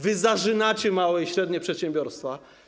Wy zażynacie małe i średnie przedsiębiorstwa.